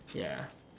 ya